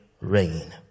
rain